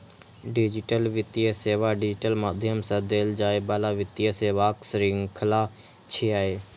digital वित्तीय सेवा digital माध्यम सं देल जाइ बला वित्तीय सेवाक शृंखला छियै